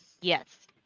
Yes